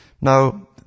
Now